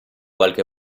qualche